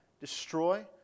Destroy